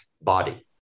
body